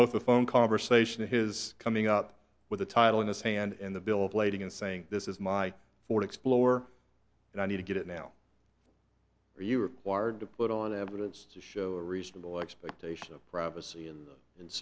both the phone conversation his coming up with a title in his hand in the bill of lading and saying this is my ford explorer and i need to get it now are you required to put on evidence to show a reasonable expectation of privacy and and